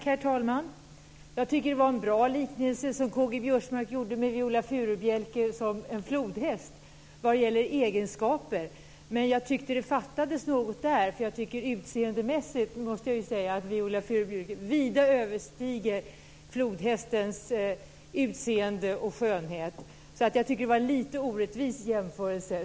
Herr talman! Jag tycker att det var en bra liknelse som K-G Biörsmark gjorde om Viola Furubjelke som en flodhäst vad gäller egenskaper, men jag tycker att det fattades något. Jag måste ju säga att Viola Furubjelke utseendemässigt vida överstiger flodhästens utseende och skönhet, så jag tycker att det var en lite orättvis jämförelse.